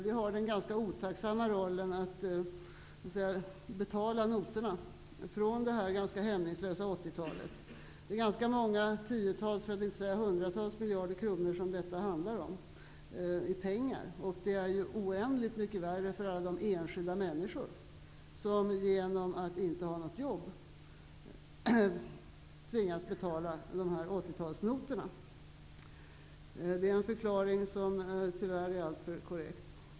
Vi har den ganska otacksamma rollen att betala notorna från det ganska hämningslösa 80-talet. Det är rätt många tiotals för att inte säga hundratals miljarder kronor som detta handlar om i pengar. Det är oändligt mycket värre för alla de enskilda människor som genom att inte ha något jobb tvingas betala dessa 80-talsnotor. Det är en förklaring som tyvärr är alltför korrekt.